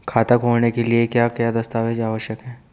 खाता खोलने के लिए क्या क्या दस्तावेज़ आवश्यक हैं?